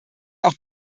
auch